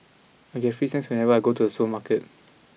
I get free snacks whenever I go to the supermarket